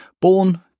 Born